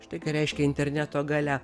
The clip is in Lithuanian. štai ką reiškia interneto galia